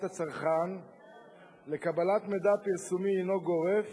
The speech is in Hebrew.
הצרכן לקבלת מידע פרסומי הינו גורף